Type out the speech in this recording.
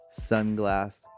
sunglass